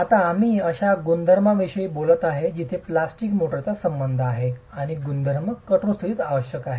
आता आम्ही अशा गुणधर्मांविषयी बोललो आहे जिथे प्लास्टिक मोर्टारचा संबंध आहे आणि गुणधर्म कठोर स्थितीत आवश्यक आहेत